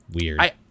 Weird